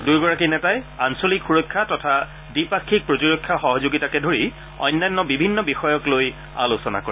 দুয়োগৰাকী নেতাই আঞ্চলিক সুৰক্ষা তথা দ্বিপাক্ষিক প্ৰতিৰক্ষা সহযোগিতাকে ধৰি অন্যান্য বিভিন্ন বিষয়ক লৈ আলোচনা কৰে